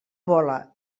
vola